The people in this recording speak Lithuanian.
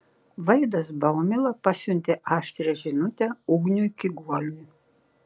vaidas baumila pasiuntė aštrią žinutę ugniui kiguoliui